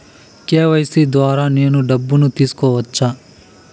KYC ద్వారా నేను డబ్బును తీసుకోవచ్చా?